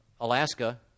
Alaska